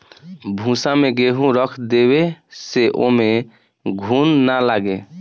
भूसा में गेंहू रख देवे से ओमे घुन ना लागे